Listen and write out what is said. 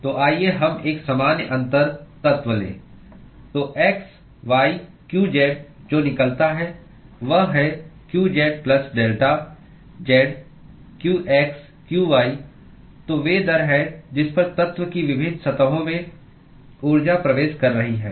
तो आइए हम एक सामान्य अंतर तत्व लें तो x y qz जो निकलता है वह है q z plus delta z qx qy तो वे दर हैं जिस पर तत्व की विभिन्न सतहों में ऊर्जा प्रवेश कर रही है